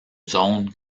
zone